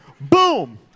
Boom